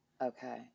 Okay